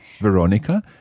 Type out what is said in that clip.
Veronica